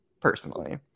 personally